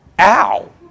ow